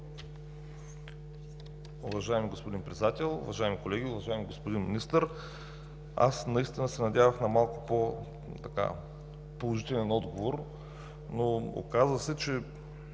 Уважаеми господин Председател, уважаеми колеги! Уважаеми господин Министър, наистина се надявах на малко по-положителен отговор. Оказа се, че